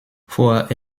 hugh